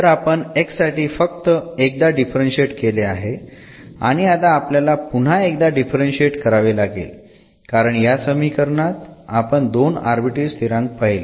तर आपण x साठी फक्त एकदा डिफरंशिएट केले आहे आणि आता आपल्याला पुन्हा एकदा डिफरंशिएट करावे लागेल कारण या समीकरणात आपण दोन आर्बिट्ररी स्थिरांक पाहिले